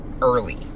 early